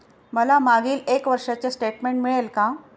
मला मागील एक वर्षाचे स्टेटमेंट मिळेल का?